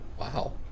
Wow